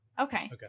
Okay